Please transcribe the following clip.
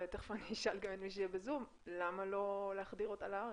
ותכף אני אשאל גם את מי יהיה בזום: למה לא להחדיר אותה לארץ?